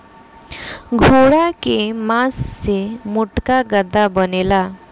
घोड़ा के मास से मोटका गद्दा बनेला